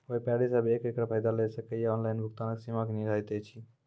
व्यापारी सब एकरऽ फायदा ले सकै ये? ऑनलाइन भुगतानक सीमा की निर्धारित ऐछि?